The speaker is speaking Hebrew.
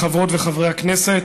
חברות וחברי הכנסת,